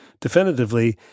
definitively